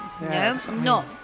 no